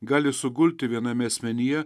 gali sugulti viename asmenyje